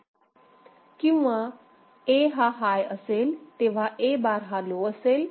किंवा A हा high असेल तेव्हा A बार हा लो असेल